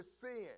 sin